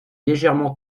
légèrement